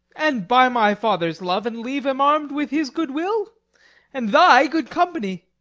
and by my father's love and leave am arm'd with his good will and thy good company,